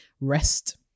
rest